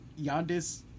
Yandis